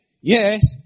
yes